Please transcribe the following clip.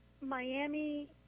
Miami